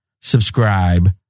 subscribe